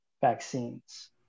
vaccines